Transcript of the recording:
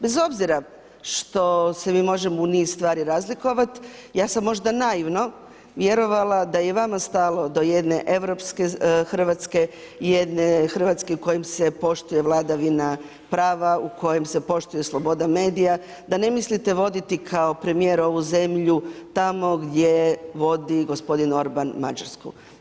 Bez obzira što se mi možemo u niz stvari razlikovat, ja sam možda naivno vjerovala da je vama stalo do jedne europske Hrvatske, jedne Hrvatske u kojoj se poštuje vladavina prava, u kojoj se poštuje sloboda medija, da ne mislite voditi kao premijer ovu zemlju tamo gdje vodi gospodin Orban Mađarsku.